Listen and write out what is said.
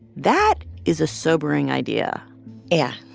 that is a sobering idea yeah.